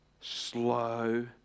slow